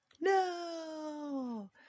No